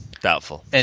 Doubtful